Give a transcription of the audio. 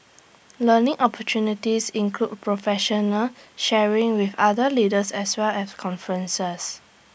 learning opportunities include professional sharing with other leaders as well as conferences